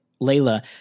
Layla